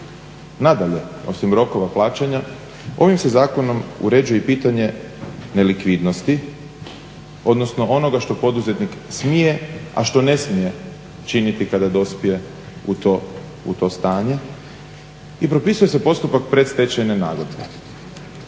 Nadalje, osim rokova plaćanja ovim se zakonom uređuje i pitanje nelikvidnosti, odnosno onoga što poduzetnik smije, a što ne smije činiti kada dospije u to stanje i propisuje se postupak predstečajne nagodbe.